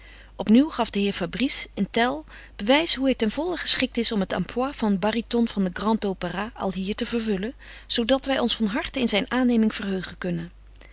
opnieuw gaf de heer fabrice in tell bewijs hoe hij ten volle geschikt is om het emploi van baryton van den grand opéra alhier te vervullen zoodat wij ons van harte in zijn aanneming verheugen kunnen